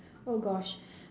oh gosh